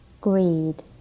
greed